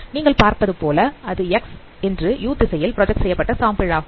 நீங்கள் பார்ப்பது போல அது x என்று u திசையில் ப்ராஜெக்ட் செய்யப்பட்ட சாம்பிள் ஆகும்